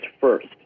first